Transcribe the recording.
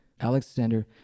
Alexander